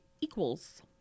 equals